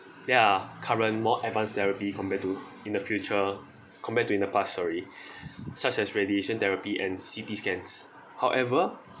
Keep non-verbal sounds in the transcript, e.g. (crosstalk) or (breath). there are current more advanced therapy compared to in the future compared to in the past sorry (breath) such as radiation therapy and C_T scans however